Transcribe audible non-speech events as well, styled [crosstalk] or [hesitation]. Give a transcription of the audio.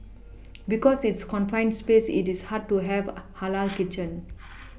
[noise] because it's confined space it is hard to have [hesitation] halal kitchen [noise] [noise]